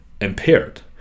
impaired